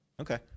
Okay